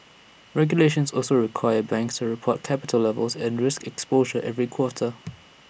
regulations also require banks to report capital levels and risk exposure every quarter